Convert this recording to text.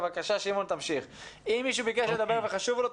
אם מישהו מבקש לדבר וחשוב לו,